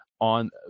on